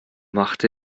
macht